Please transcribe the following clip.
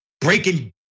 breaking